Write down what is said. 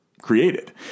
created